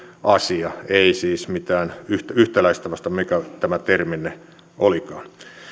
asia ei siis mitään yhtäläistä vai mikä tämä terminne olikaan